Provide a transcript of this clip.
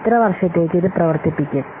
എത്ര വർഷത്തേക്ക് ഇത് പ്രവർത്തിപ്പിക്കും